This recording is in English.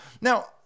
Now